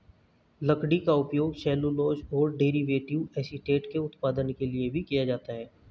लकड़ी का उपयोग सेल्यूलोज और डेरिवेटिव एसीटेट के उत्पादन के लिए भी किया जाता है